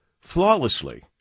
flawlessly